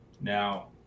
Now